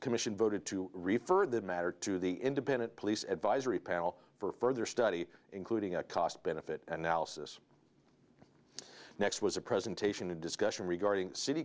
commission voted to refer the matter to the independent police advisory panel for further study including a cost benefit analysis next was a presentation a discussion regarding city